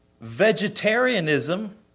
Vegetarianism